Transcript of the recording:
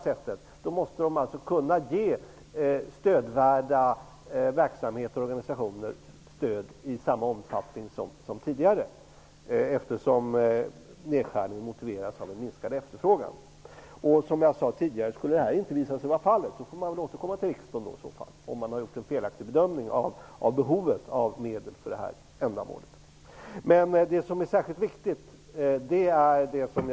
UD måste alltså kunna ge verksamheter och organisationer stöd i samma omfattning som tidigare, eftersom nedskärningen motiveras av en minskad efterfrågan. Om man har gjort en felaktig bedömning av behovet av medel för detta ändamål får man väl återkomma till riksdagen. Detta sade jag tidigare.